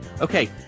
okay